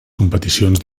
competicions